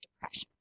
depression